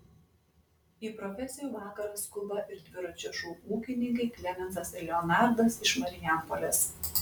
į profesijų vakarą skuba ir dviračio šou ūkininkai klemensas ir leonardas iš marijampolės